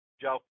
Joe